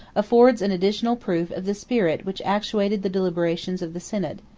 affords an additional proof of the spirit which actuated the deliberations of the synod.